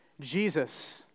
Jesus